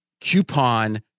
coupon